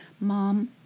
Mom